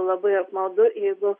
labai apmaudu jeigu